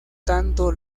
tanto